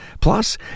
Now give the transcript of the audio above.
Plus